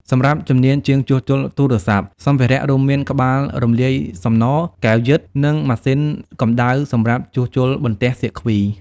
សម្រាប់ជំនាញ ជាងជួសជុលទូរសព្ទ សម្ភារៈរួមមានក្បាលរលាយសំណរ កែវយឹត និងម៉ាស៊ីនកម្ដៅសម្រាប់ជួសជុលបន្ទះសៀគ្វី។